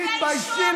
תתביישי לך.